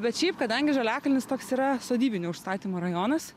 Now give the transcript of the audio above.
bet šiaip kadangi žaliakalnis toks yra sodybinių užstatymų rajonas